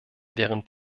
während